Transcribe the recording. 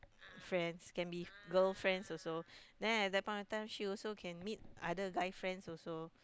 friends can be girl friends also then at the point of time she can meet other guy friends also